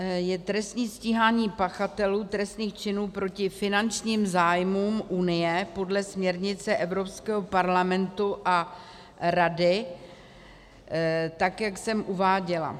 je trestní stíhání pachatelů trestných činů proti finančním zájmům unie podle směrnice Evropského parlamentu a Rady, tak jak jsem uváděla.